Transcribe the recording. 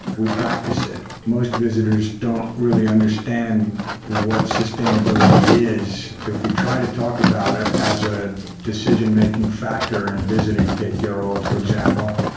we practice it. most visitors don't really understand what sustainability is. if we try to talk about it as a decision-making factor in visiting tetiaroa, for example,